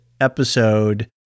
episode